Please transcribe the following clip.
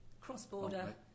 cross-border